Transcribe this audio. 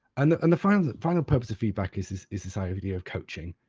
and the and the final final purpose of feedback is this is this idea of coaching.